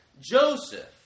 Joseph